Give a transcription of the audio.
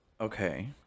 Okay